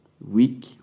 week